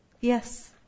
Yes